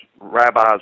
rabbis